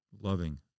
loving